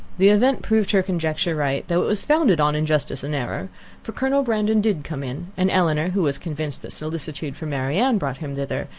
the event proved her conjecture right, though it was founded on injustice and error for colonel brandon did come in and elinor, who was convinced that solicitude for marianne brought him thither,